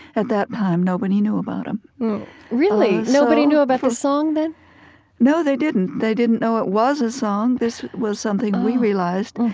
at that time, nobody knew about them really? nobody knew about the song? no, they didn't, they didn't know it was a song. this was something we realized.